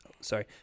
Sorry